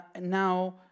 Now